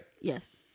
Yes